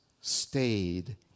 stayed